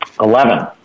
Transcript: Eleven